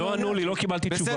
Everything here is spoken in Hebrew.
לא ענו לי, לא קיבלתי תשובה.